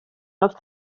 los